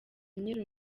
nyiri